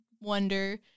wonder